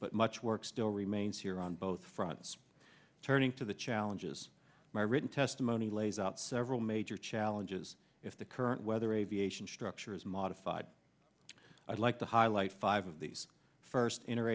but much work still remains here on both fronts turning to the challenges my written testimony lays out several major challenges if the current weather aviation structure is modified i'd like to highlight five of these first inner